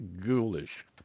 ghoulish